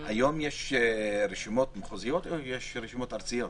היום יש רשימות מחוזיות או יש רשימות ארציות?